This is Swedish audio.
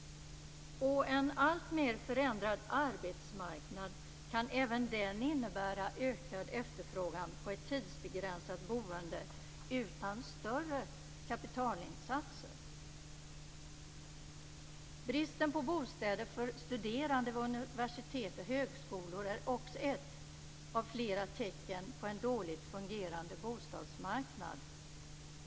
En alltmer förändrad arbetsmarknad kan även den innebära ökad efterfrågan på ett tidsbegränsat boende utan större kapitalinsatser. Bristen på bostäder för studerande vid universitet och högskolor är också ett av flera tecken på en dåligt fungerande bostadsmarknad.